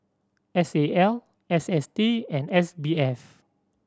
S A L S S T and S B F